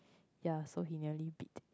ya so he nearly bit